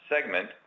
segment